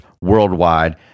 worldwide